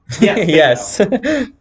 yes